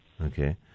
Okay